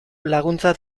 laguntza